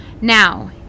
Now